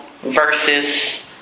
versus